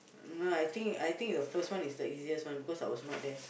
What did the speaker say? no I think I think the first one is the easiest one because I was not there